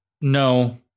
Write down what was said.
no –